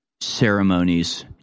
ceremonies